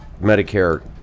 Medicare